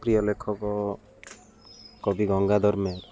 ପ୍ରିୟ ଲେଖକ କବି ଗଙ୍ଗାଧର ମେହେର